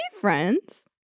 friends